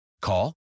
Call